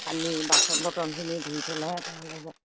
পানী বাচন বৰ্তনখিনি ধুই থলেহে ভাল হ'ব